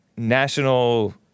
National